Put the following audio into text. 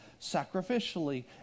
sacrificially